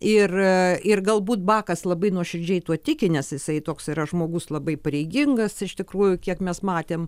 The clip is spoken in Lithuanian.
ir ir galbūt bakas labai nuoširdžiai tuo tiki nes jisai toks yra žmogus labai pareigingas iš tikrųjų kiek mes matėm